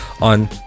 on